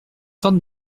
sortes